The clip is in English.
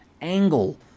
angle